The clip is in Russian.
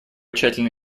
тщательно